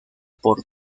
por